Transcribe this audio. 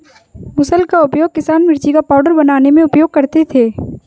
मुसल का उपयोग किसान मिर्ची का पाउडर बनाने में उपयोग करते थे